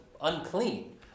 unclean